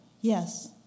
Yes